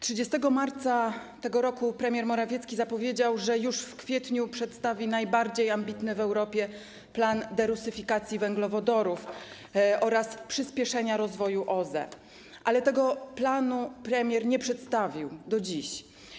30 marca tego roku premier Morawiecki zapowiedział, że już w kwietniu przedstawi najbardziej ambitny w Europie plan derusyfikacji węglowodorów oraz przyspieszenia rozwoju OZE, ale tego planu premier nie przedstawił do dziś.